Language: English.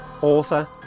author